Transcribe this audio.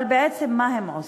אבל בעצם, מה הם עושים?